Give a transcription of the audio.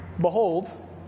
Behold